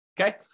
Okay